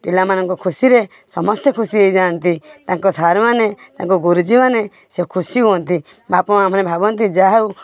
ପିଲାମାନଙ୍କ ଖୁସିରେ ସମସ୍ତେ ଖୁସି ହେଇଯାଆନ୍ତି ତାଙ୍କ ସାର୍ମାନେ ତାଙ୍କ ଗୁରୁଜୀମାନେ ସେ ଖୁସି ହୁଅନ୍ତି ବାପା ମାଆ ମାନେ ଭାବନ୍ତି ଯାହେଉ